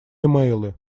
имейлы